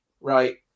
Right